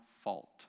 fault